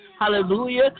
hallelujah